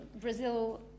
Brazil